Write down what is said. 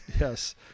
Yes